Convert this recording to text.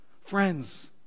Friends